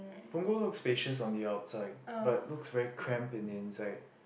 Punggol looks spacious on the outside but looks very cramped on the inside